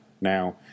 Now